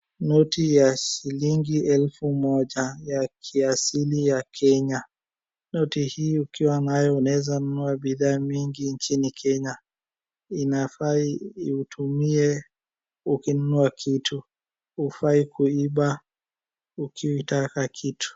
noti ya shillingi elfu moja ya kiasili ya kenya .Noti hii ukiwa nayo unaweza nunua bidhaa nyingi nchini kenya inafaa uitumie ukinunua kitu hufai kuiba ukitaka kitu